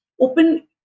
open